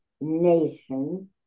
Nation